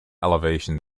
elevations